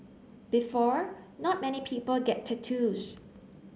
before not many people get tattoos